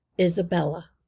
Isabella